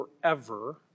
forever